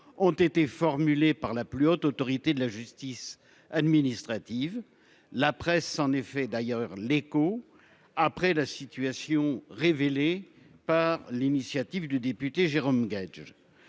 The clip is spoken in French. ont été formulées par la plus haute autorité de la justice administrative, la presse en effet d'ailleurs l'écho après la situation révélé par l'initiative du député Jérôme Guedj.